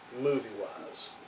movie-wise